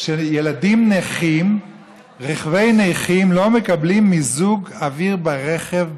שילדים נכים ברכבי נכים לא מקבלים מיזוג אוויר ברכב,